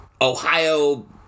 Ohio